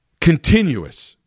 continuous